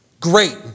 great